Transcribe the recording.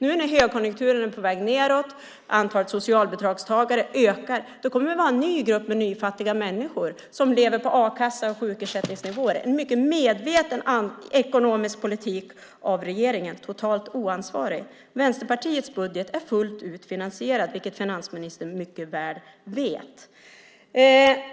Nu när högkonjunkturen är på väg nedåt och antalet socialbidragstagare ökar kommer en ny grupp med nyfattiga människor att leva på a-kassa och sjukersättning. Det är en mycket medveten ekonomisk politik av regeringen som är totalt oansvarig. Vänsterpartiets budget är fullt ut finansierad, vilket finansministern mycket väl vet.